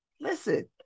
Listen